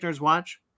watch